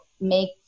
make